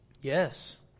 Yes